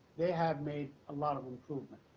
they have made a lot of improvement,